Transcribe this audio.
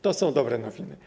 To są dobre nowiny.